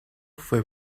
fue